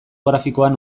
grafikoan